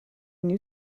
new